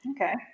okay